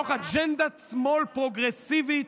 בתוך אג'נדת שמאל פרוגרסיבית,